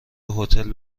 هتل